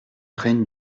règne